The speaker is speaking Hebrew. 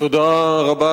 תודה רבה,